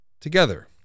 together